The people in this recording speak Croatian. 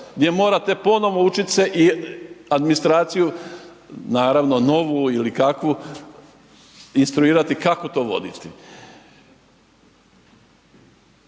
gdje morate ponovno učiti se i administraciju novu ili kakvu instruirati kako to voditi.